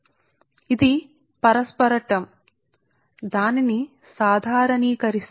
4605 అన్ని సందర్భాల్లోనూ ఇది సాధారణ విషయం